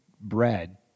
bread